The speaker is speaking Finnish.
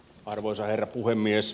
arvoisa herra puhemies